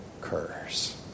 curse